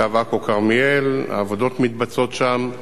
קו עכו כרמיאל, העבודות מתבצעות שם,